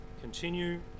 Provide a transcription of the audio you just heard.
Continue